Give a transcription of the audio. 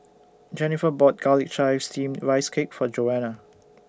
Jenifer bought Garlic Chives Steamed Rice Cake For Joana